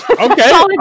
okay